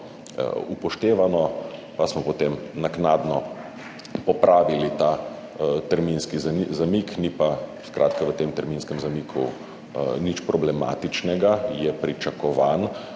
upoštevano, pa smo potem naknadno popravili ta terminski zamik. Ni pa skratka v tem terminskem zamiku nič problematičnega, je pričakovan.